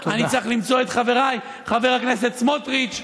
אני צריך למצוא את חבריי חבר הכנסת סמוטריץ,